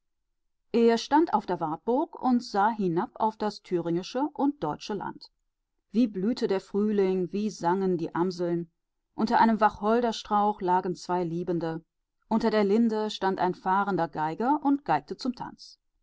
er stand auf der wartburg und sah hinab auf das thüringische und deutsche land wie blühte der frühling wie sangen die amseln unter einem wacholderstrauch lagen zwei liebende unter der linde stand ein fahrender geiger und geigte zum tanz